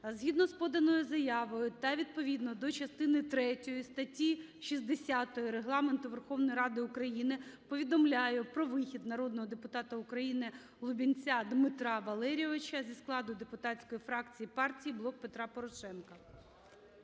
Згідно з поданою заявою та відповідно до частини третьої статті 60 Регламенту Верховної Ради України повідомляю про вихід народного депутата України Лубінця Дмитра Валерійовича зі складу депутатської фракції Партії "Блок Петра Порошенка".